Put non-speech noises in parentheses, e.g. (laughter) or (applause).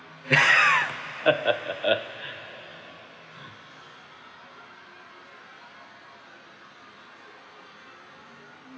(laughs)